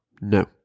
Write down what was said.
No